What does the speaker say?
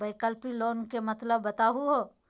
वैकल्पिक लोन के मतलब बताहु हो?